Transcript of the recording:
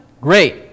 Great